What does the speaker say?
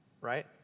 right